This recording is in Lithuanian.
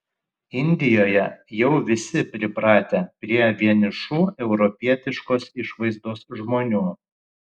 indijoje jau visi pripratę prie vienišų europietiškos išvaizdos žmonių